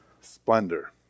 splendor